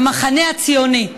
המחנה הציוני.